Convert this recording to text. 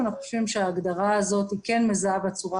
אנחנו חושבים שההגדרה הזאת היא כן מזהה בצורה